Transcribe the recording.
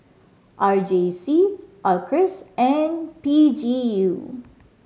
R J C Acres and P G U